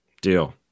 deal